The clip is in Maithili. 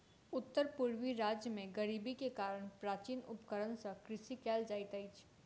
उत्तर पूर्वी राज्य में गरीबी के कारण प्राचीन उपकरण सॅ कृषि कयल जाइत अछि